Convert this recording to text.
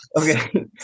Okay